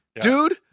Dude